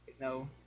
No